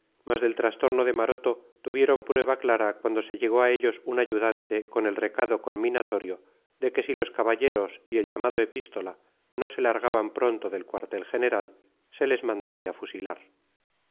mas del trastorno de maroto tuvieron prueba clara cuando se llegó a ellos un ayudante con el recado conminatorio de que si los caballeros y el llamado epístola no se largaban pronto del cuartel general se les mandaría fusilar